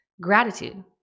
Gratitude